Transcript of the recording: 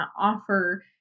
offer